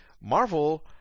Marvel